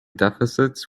deficits